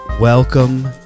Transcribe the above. welcome